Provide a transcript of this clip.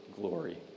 glory